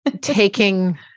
taking